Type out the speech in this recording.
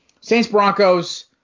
Saints-Broncos